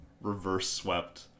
reverse-swept